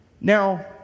Now